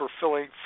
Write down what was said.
fulfilling